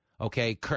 Okay